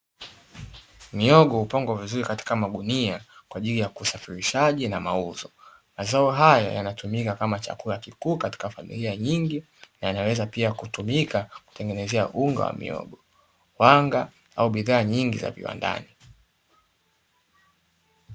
Mihogo hupangwa vizuri katika magunia kwa ajili ya kusafirishwa pamoja na mauzo mazao haya hutumika kama chakula kikuu kwenye familia nyingi yanaweza kutumika kutengenezea unga wa mihogo, wanga au bidhaa nyingi za viwandani.